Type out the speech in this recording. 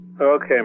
Okay